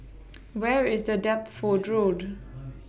Where IS The Deptford Road